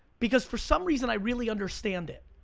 because for some reason, i really understand it.